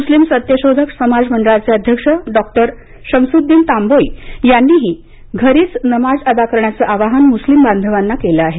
मुस्लिम सत्यशोधक समाज मंडळाचे अध्यक्ष डॉक्टर शमसुद्दीन तांबोळी यांनीही घरीच नमाज अदा करण्याचं आवाहन मुस्लिम बांधवांना केलं आहे